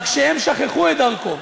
רק שהם שכחו את דרכו.